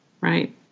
right